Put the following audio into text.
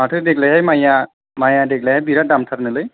माथो देग्लायहाय माइया माइया देग्लायहाय बिराद दामथारनोलै